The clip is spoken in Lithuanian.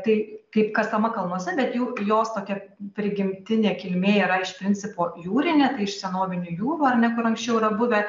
tai kaip kasama kalnuose bet jau jos tokia prigimtinė kilmė yra iš principo jūrinė tai iš senovinių jūrų ar ne kur anksčiau yra buvę